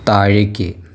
താഴേക്ക്